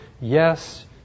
yes